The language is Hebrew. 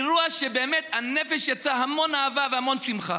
אירוע שבאמת הנפש יצאה המון אהבה והמון שמחה.